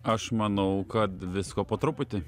aš manau kad visko po truputį